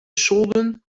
solden